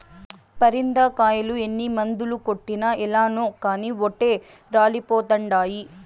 పరింద కాయలు ఎన్ని మందులు కొట్టినా ఏలనో కానీ ఓటే రాలిపోతండాయి